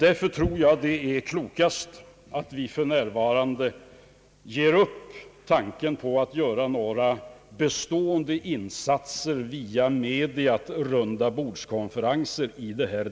Jag tror alltså det är klokast att vi för närvarande ger upp tanken på att göra några bestående insatser vid en rundabordskonferens.